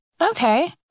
Okay